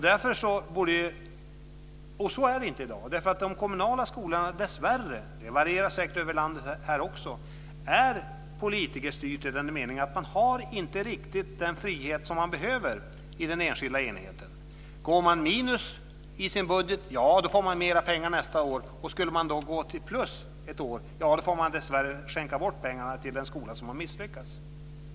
Dessvärre är de kommunala skolorna politikerstyrda - även om det säkert varierar över landet - i den meningen att de inte riktigt har den frihet som man behöver inom den enskilda enheten. Om det uppstår ett minus i budgeten får man mera pengar nästa år, och skulle det bli ett plusresultat ett år får man dessvärre skänka bort de pengarna till en skola som har misslyckats.